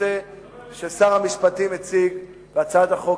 הנושא ששר המשפטים הציג בהצעת החוק,